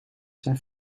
zijn